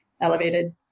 elevated